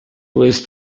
was